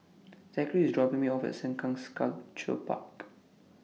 Zackery IS dropping Me off At Sengkang Sculpture Park